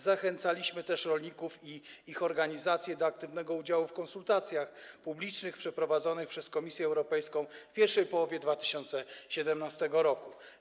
Zachęcaliśmy też rolników i ich organizacje do aktywnego udziału w konsultacjach publicznych przeprowadzonych przez Komisję Europejską w pierwszej połowie 2017 r.